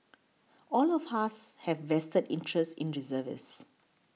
all of us have a vested interest in reservist